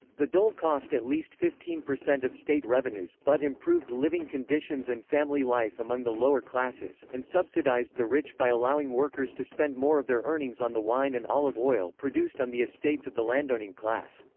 the dole cost at least fifteen percent of state revenues, but improved living conditions and family life among the lower classes, and subsidized the rich by allowing workers to spend more of their earnings on the wine and olive oil produced on the estates of the landowning class.